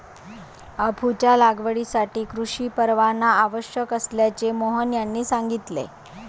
अफूच्या लागवडीसाठी कृषी परवाना आवश्यक असल्याचे मोहन यांनी सांगितले